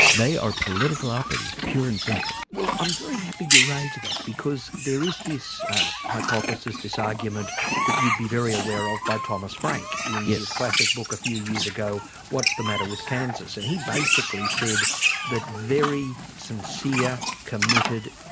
they are political operatives pure and simple. well i'm very happy you raised that because there is this hypothesis, this argument that you'd be very aware of, by thomas frank in his classic book a few years ago, what's the matter with kansas? and he basically said that very sincere committed,